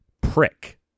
prick